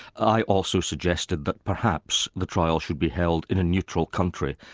i also suggested that perhaps the trial should be held in a neutral country,